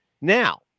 Now